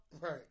Right